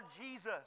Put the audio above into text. Jesus